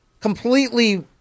completely